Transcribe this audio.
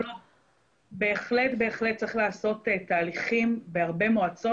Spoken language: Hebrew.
בהחלט צריך לעשות תהליכים בהרבה מועצות.